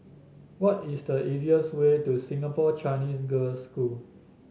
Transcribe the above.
what is the easiest way to Singapore Chinese Girls' School